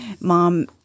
Mom